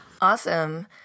Awesome